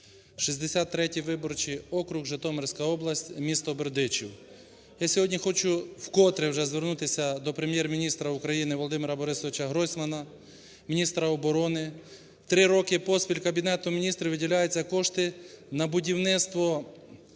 63 виборчий округ, Житомирська область, місто Бердичів. Я сьогодні хочу вкотре вже звернутися до Прем'єр-міністра України Володимир БорисовичГройсмана, міністра оборони: три роки поспіль Кабінетом Міністрів виділяються кошти на будівництво